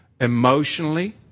Emotionally